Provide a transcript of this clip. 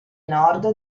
nord